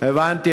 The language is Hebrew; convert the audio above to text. הבנתי.